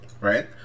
right